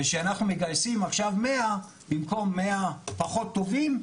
וכשאנחנו מגייסים עכשיו 100 במקום 100 פחות טובים,